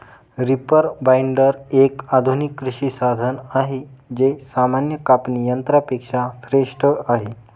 reaper binder, एक आधुनिक कृषी साधन आहे जे सामान्य कापणी यंत्रा पेक्षा श्रेष्ठ आहे